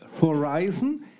horizon